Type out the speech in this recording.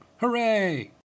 Hooray